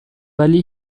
ولی